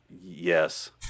Yes